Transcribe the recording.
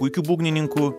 puikiu būgnininku